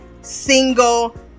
single